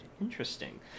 interesting